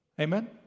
Amen